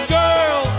girl